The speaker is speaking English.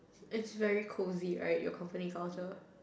it's very cozy right your company culture